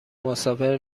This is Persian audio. مسافر